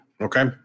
Okay